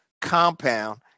compound